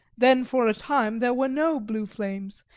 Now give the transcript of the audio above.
then for a time there were no blue flames,